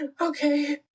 Okay